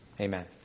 Amen